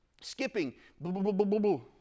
skipping